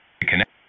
Connect